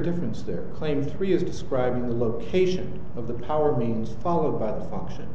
difference there claims are you describing the location of the power means followed by the option